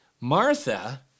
Martha